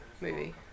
movie